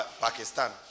Pakistan